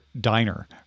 diner